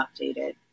updated